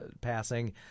passing